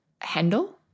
handle